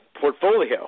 portfolio